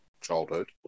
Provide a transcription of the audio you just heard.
childhood